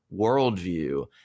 worldview